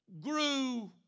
Grew